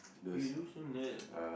he look so nerd